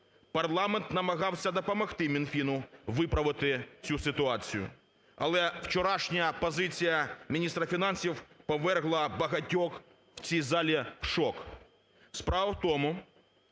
Парламент намагався допомогти Мінфіну виправити цю ситуацію, але вчорашня позиція міністра фінансів повергла багатьох в цій залі в шок. Справа в тому,